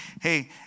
Hey